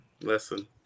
Listen